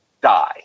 die